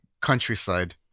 countryside